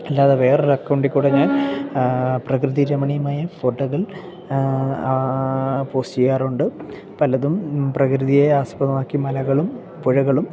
അല്ലാതെ വേറൊരു അകൗണ്ടികൂടെ കൂടെ ഞാൻ പ്രകൃതി രമണീയമായ ഫോട്ടകൾ പോസ്റ്റ് ചെയ്യാറുണ്ട് പലതും പ്രകൃതിയെ ആസ്പദമാക്കി മലകളും പുഴകളും